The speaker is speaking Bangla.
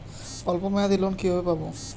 অল্প মেয়াদি লোন কিভাবে পাব?